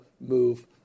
move